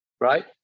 right